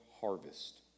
harvest